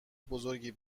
بزرگی